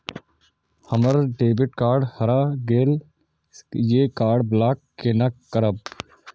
हमर debit card हरा गेल ये कार्ड ब्लॉक केना करब?